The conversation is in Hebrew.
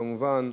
כמובן,